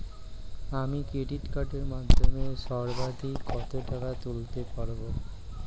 আমি ক্রেডিট কার্ডের মাধ্যমে সর্বাধিক কত টাকা তুলতে পারব?